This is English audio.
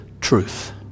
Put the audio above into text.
truth